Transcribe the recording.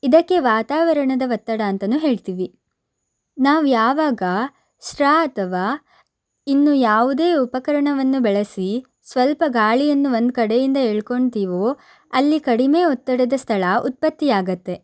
ಇದಕ್ಕೆ ವಾತಾವರಣದ ಒತ್ತಡ ಅಂತಲೂ ಹೇಳ್ತೀವಿ ನಾವ್ಯಾವಾಗ ಸ್ಟ್ರಾ ಅಥವಾ ಇನ್ನು ಯಾವುದೇ ಉಪಕರಣವನ್ನು ಬಳಸಿ ಸ್ವಲ್ಪ ಗಾಳಿಯನ್ನು ಒಂದು ಕಡೆಯಿಂದ ಎಳ್ಕೊತೀವೋ ಅಲ್ಲಿ ಕಡಿಮೆ ಒತ್ತಡದ ಸ್ಥಳ ಉತ್ಪತ್ತಿಯಾಗತ್ತೆ